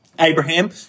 Abraham